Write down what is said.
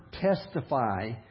testify